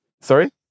Sorry